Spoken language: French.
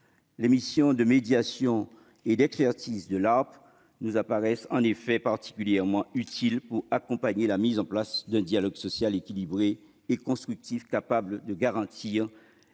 Les missions de médiation et d'expertise de l'ARPE nous apparaissent en effet particulièrement utiles pour accompagner la mise en place d'un dialogue social équilibré et constructif, capable de garantir